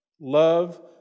Love